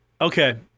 Okay